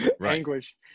anguish